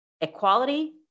equality